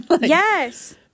Yes